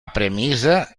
premissa